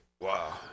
wow